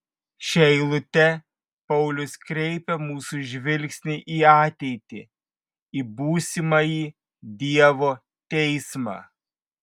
šia eilute paulius kreipia mūsų žvilgsnį į ateitį į būsimąjį dievo teismą